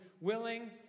willing